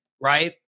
right